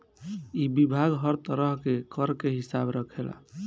इ विभाग हर तरह के कर के हिसाब रखेला